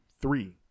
three